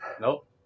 Nope